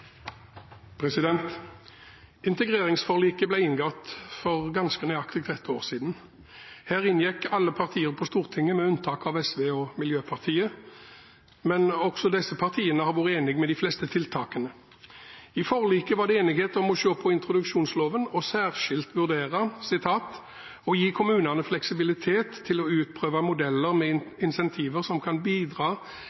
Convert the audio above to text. Integreringsforliket ble inngått for ganske nøyaktig ett år siden. Alle partier på Stortinget inngikk dette forliket, med unntak av SV og Miljøpartiet De Grønne, men også disse partiene har vært enig i de fleste tiltakene. I forliket var det enighet om å se på introduksjonsloven og særskilt vurdere: «Å gi kommunene fleksibilitet til å utprøve